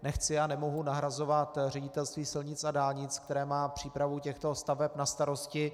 Nechci a nemohu nahrazovat Ředitelství silnic a dálnic, které má přípravu těchto staveb na starosti.